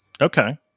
Okay